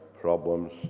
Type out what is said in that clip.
problems